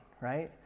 right